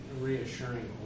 reassuring